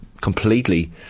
completely